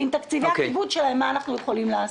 ועם תקציבי הכיבוד שלהם מה אנחנו יכולים לעשות.